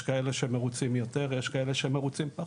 יש כאלה שמרוצים יותר ויש כאלה שמרוצים פחות.